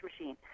machine